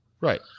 Right